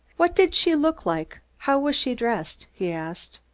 what did she look like? how was she dressed? he asked.